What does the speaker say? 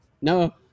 No